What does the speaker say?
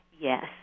yes